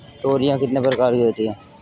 तोरियां कितने प्रकार की होती हैं?